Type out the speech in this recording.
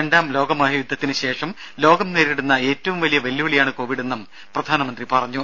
രണ്ടാം ലോക മഹാ യുദ്ധത്തിന് ശേഷം ലോകം നേരിടുന്ന ഏറ്റവും വലിയ വെല്ലുവിളിയാണ് കോവിഡെന്നും പ്രധാനമന്ത്രി പറഞ്ഞു